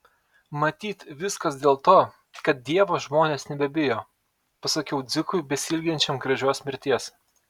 matyt viskas dėl to kad dievo žmonės nebebijo pasakiau dzikui besiilginčiam gražios mirties